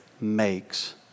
makes